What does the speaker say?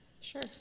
Sure